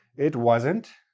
it wasn't.